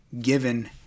given